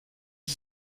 sie